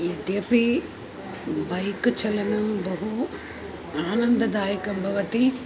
इत्यपि बैक् चालनं बहु आनन्ददायकं भवति